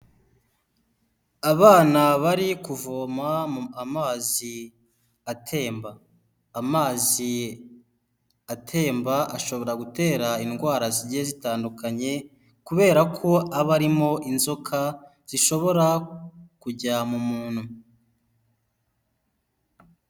Abana bari kuvoma amazi atemba amazi. Amazi atemba ashobora gutera indwara zigiye zitandukanye kubera ko aba arimo inzoka zishobora kujya mu muntu.